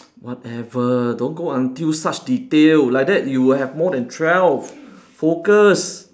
whatever don't go until such detail like that you will have more than twelve focus